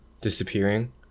disappearing